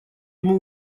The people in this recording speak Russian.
ему